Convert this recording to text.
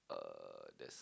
uh